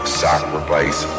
sacrifice